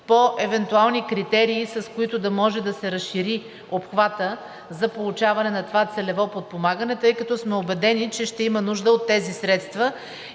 по евентуални критерии, с които да може да се разшири обхватът за получаване на това целево подпомагане, тъй като сме убедени, че ще има нужда от тези средства.